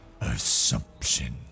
assumption